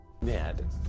Ned